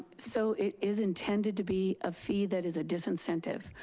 so it is intended to be a fee that is a disincentive.